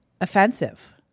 offensive